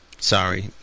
Sorry